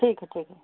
ठीक है ठीक है